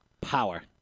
power